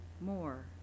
more